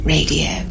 Radio